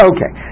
Okay